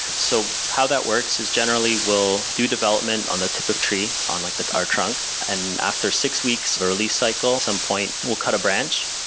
so how that works is generally we'll do development on the tip of tree, on like our trunk and after six weeks release cycle. some point, we'll cut a branch,